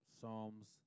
Psalms